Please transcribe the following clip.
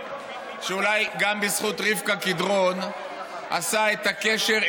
שאולי גם בזכות רבקה קדרון עשה את הקשר,